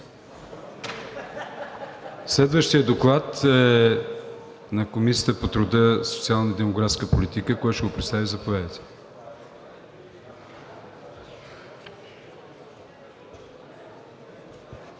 Следващият доклад е на Комисията по труда, социалната и демографската политика. Кой ще го представи? Заповядайте.